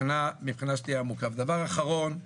דבר אחרון,